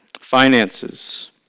finances